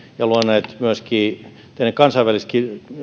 ja luoneet myöskin tänne kansainvälistä